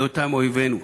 לאויבינו: